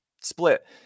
split